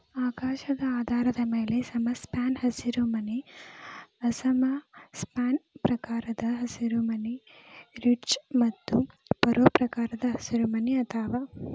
ಆಕಾರದ ಆಧಾರದ ಮ್ಯಾಲೆ ಸಮಸ್ಪ್ಯಾನ್ ಹಸಿರುಮನಿ ಅಸಮ ಸ್ಪ್ಯಾನ್ ಪ್ರಕಾರದ ಹಸಿರುಮನಿ, ರಿಡ್ಜ್ ಮತ್ತು ಫರೋ ಪ್ರಕಾರದ ಹಸಿರುಮನಿ ಅದಾವ